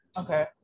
okay